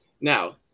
now